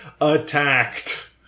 attacked